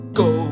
go